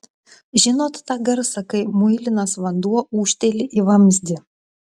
žinot tą garsą kai muilinas vanduo ūžteli į vamzdį